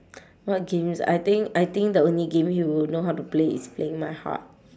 what games I think I think the only game he would know how to play is playing my heart